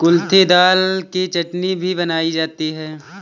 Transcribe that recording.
कुल्थी दाल की चटनी भी बनाई जाती है